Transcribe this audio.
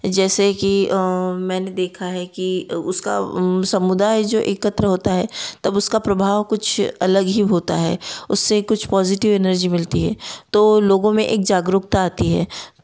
जैसे कि मैंने देखा है कि उसका समुदाय जो एकत्र होता है तब उसका प्रभाव कुछ अलग ही होता है उससे कुछ पॉज़िटिव इनर्जी मिलती है तो लोगों में एक जागरूकता आती है